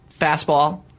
fastball